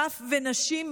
טף ונשים,